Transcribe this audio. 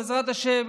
בעזרת השם,